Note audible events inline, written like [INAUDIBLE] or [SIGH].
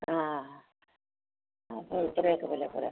ആ ആ ആ അപ്പോൾ ഇത്ര ഒക്കെ വില പോര [UNINTELLIGIBLE]